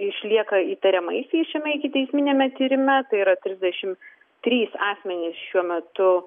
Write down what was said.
išlieka įtariamaisiais šiame ikiteisminiame tyrime tai yra trisdešim trys asmenys šiuo metu